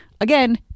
Again